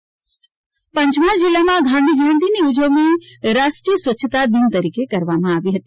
પંચમહાલ ગાંધીજયંતિ પંચમહાલ જીલ્લામાં ગાંધીજયંતિની ઉજવણી રાષ્ટ્રીય સ્વચ્છતા દિન તરીકે કરવામાં આવી હતી